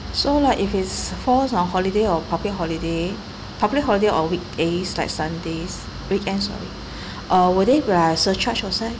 so like if it's falls on holiday or public holiday public holiday or weekdays like sunday's weekend sorry uh will they be like uh surcharge your side